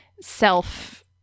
self